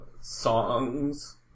songs